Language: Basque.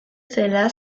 zela